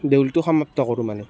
দেউলটো সমাপ্ত কৰোঁ মানে